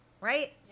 Right